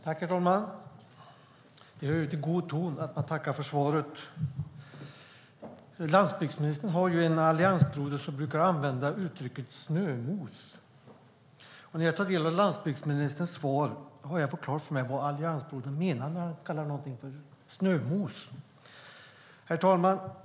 Herr talman! Det hör till god ton att man tackar för svaret. Landsbygdsministern har en alliansbroder som brukar använda uttrycket snömos. När jag tar del av landsbygdsministerns svar har jag fått klart för mig vad alliansbrodern menar när han kallar någonting snömos. Herr talman!